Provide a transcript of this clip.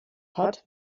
hat